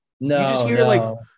No